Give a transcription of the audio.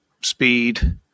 speed